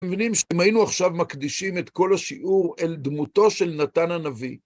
מבינים שאם היינו עכשיו מקדישים את כל השיעור אל דמותו של נתן הנביא.